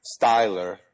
Styler